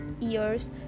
ears